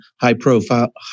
high-profile